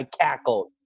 cackled